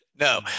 No